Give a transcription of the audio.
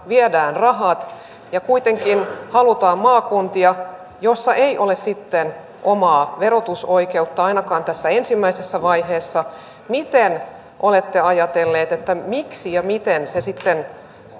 viedään rahat ja kuitenkin halutaan maakuntia joissa ei ole sitten omaa verotusoikeutta ainakaan tässä ensimmäisessä vaiheessa miten olette ajatelleet että miksi ja miten se sitten